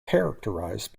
characterized